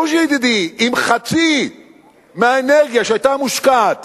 בוז'י ידידי, אם חצי מהאנרגיה שהיתה מושקעת